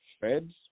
feds